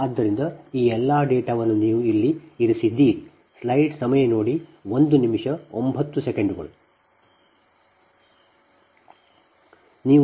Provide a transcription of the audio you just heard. ಆದ್ದರಿಂದ ಈ ಎಲ್ಲಾ ಡೇಟಾವನ್ನು ನೀವು ಇಲ್ಲಿ ಇರಿಸಿದ್ದೀರಿ